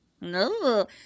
No